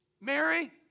Mary